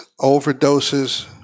overdoses